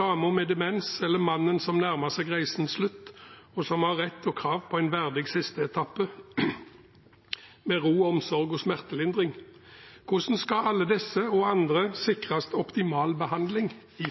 damen med demens eller mannen som nærmer seg reisens slutt, og som har rett til og krav på en verdig sisteetappe med ro, omsorg og smertelindring. Hvordan skal alle disse og andre sikres optimal behandling i